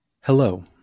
Hello